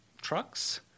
trucks